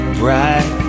bright